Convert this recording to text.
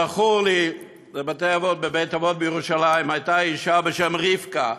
זכור לי, בבית-אבות בירושלים הייתה אישה בשם רבקה,